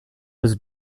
was